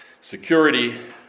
security